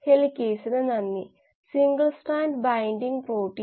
Aയിലേക്ക് പോകുന്ന എസ് A Bയിലീക്കും Cയിലേക്കും പോകുന്നു C Dയിലേക്കും E യിലേക്കും പോകുന്നു